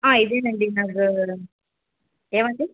ఇదేనండి నా నంబరు ఏవండీ